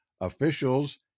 officials